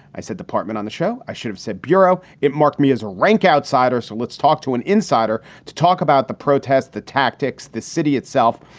i said department on the show. i should have said bureau. it marked me as a rank outsider. so let's talk to an insider to talk about the protest, the tactics, the city itself.